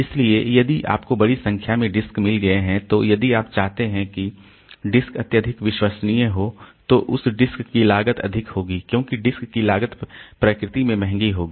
इसलिए यदि आपको बड़ी संख्या में डिस्क मिल गए हैं तो यदि आप चाहते हैं कि डिस्क अत्यधिक विश्वसनीय हो तो उस डिस्क की लागत अधिक होगी क्योंकि डिस्क की लागत प्रकृति में महंगी होगी